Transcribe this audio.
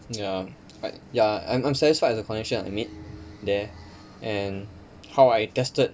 ya but ya I'm I'm satisfied with the connection I made there and how I tested